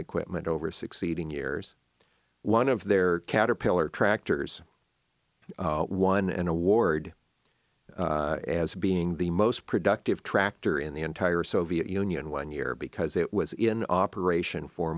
equipment over succeeding years one of their caterpillar tractors won an award as being the most productive tractor in the entire soviet union one year because it was in operation for